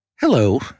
Hello